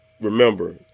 remember